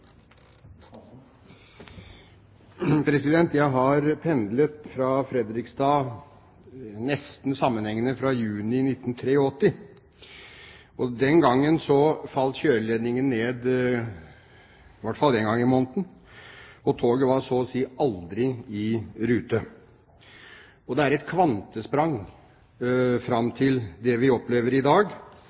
Jeg har pendlet fra Fredrikstad nesten sammenhengende fra juni 1983. Den gangen falt kjøreledningen ned i hvert fall én gang i måneden, og toget var så å si aldri i rute. Det er et kvantesprang fram til det vi opplever i dag,